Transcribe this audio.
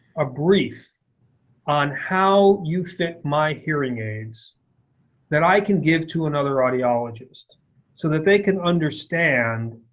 a brief on how you fit my hearing aids that i can give to another audiologist so that they can understand,